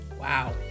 wow